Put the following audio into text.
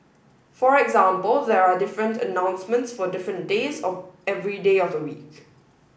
for example there are different announcements for different days of every day of the week